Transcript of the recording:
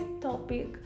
topic